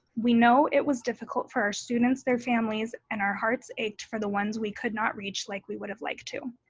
we know it was difficult for our students, their families, and our hearts ached for the ones we could not reach like we would have liked to.